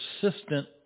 Persistent